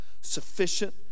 sufficient